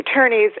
attorneys